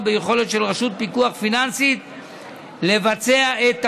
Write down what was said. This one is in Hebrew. ביכולת של רשות פיקוח פיננסית לבצע את תפקידה.